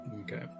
okay